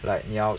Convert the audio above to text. like 你要